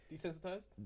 desensitized